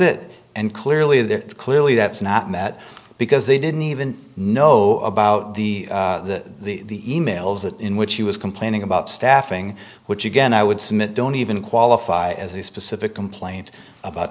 it and clearly the clearly that's not met because they didn't even know about the the e mails that in which he was complaining about staffing which again i would submit don't even qualify as a specific complaint about